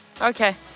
Okay